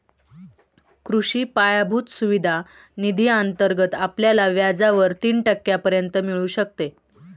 कृषी पायाभूत सुविधा निधी अंतर्गत आपल्याला व्याजावर तीन टक्क्यांपर्यंत मिळू शकते